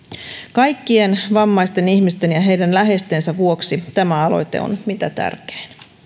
kaikkien vammaisten ihmisten ja heidän läheistensä vuoksi tämä aloite on mitä tärkein